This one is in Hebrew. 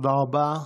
תודה רבה.